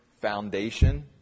foundation